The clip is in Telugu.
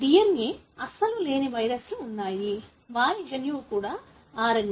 DNA అస్సలు లేని వైరస్లు ఉన్నాయి వారి జన్యువు కూడా RNA